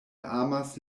amas